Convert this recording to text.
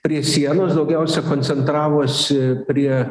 prie sienos daugiausia koncentravosi prie